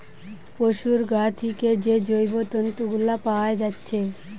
পোশুর গা থিকে যে জৈব তন্তু গুলা পাআ যাচ্ছে